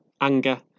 anger